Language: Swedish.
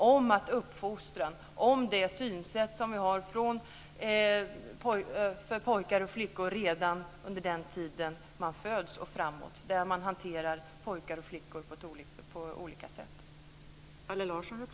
Det handlar om uppfostran och det synsätt som vi har på pojkar och flickor redan under den tiden de föds och framåt. Man hanterar pojkar och flickor på olika sätt.